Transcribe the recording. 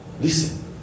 Listen